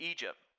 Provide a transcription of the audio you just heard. Egypt